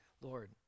lord